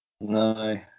no